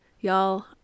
y'all